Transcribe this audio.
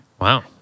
Wow